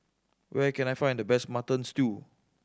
where can I find the best Mutton Stew